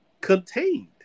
contained